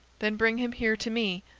then bring him here to me.